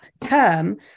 term